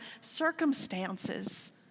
circumstances